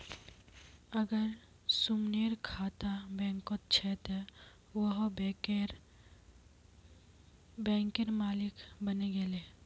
अगर सुमनेर खाता बैंकत छ त वोहों बैंकेर मालिक बने गेले